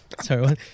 Sorry